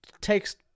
Takes